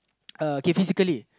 uh K physically